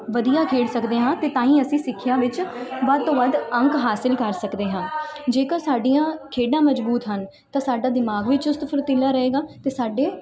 ਵਧੀਆ ਖੇਡ ਸਕਦੇ ਹਾਂ ਅਤੇ ਤਾਂ ਹੀ ਅਸੀਂ ਸਿੱਖਿਆ ਵਿੱਚ ਵੱਧ ਤੋਂ ਵੱਧ ਅੰਕ ਹਾਸਿਲ ਕਰ ਸਕਦੇ ਹਾਂ ਜੇਕਰ ਸਾਡੀਆਂ ਖੇਡਾਂ ਮਜ਼ਬੂਤ ਹਨ ਤਾਂ ਸਾਡਾ ਦਿਮਾਗ ਵੀ ਚੁਸਤ ਫੁਰਤੀਲਾ ਰਹੇਗਾ ਅਤੇ ਸਾਡੇ